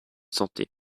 santé